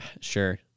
Sure